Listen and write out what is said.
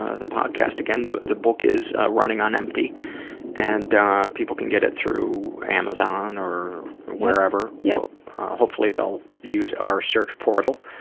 ah the podcast again, the the book is running on empty and people can get it through amazon or wherever you know hopefully they'll use our search portal,